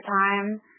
time